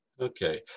Okay